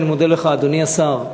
אדוני השר,